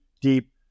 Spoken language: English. deep